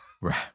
Right